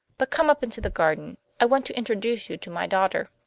but come up into the garden i want to introduce you to my daughter.